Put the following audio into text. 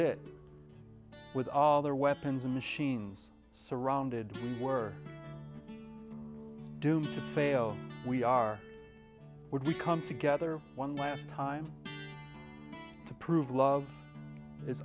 it with all their weapons and machines surrounded we were doomed to fail we are would we come together one last time to prove love i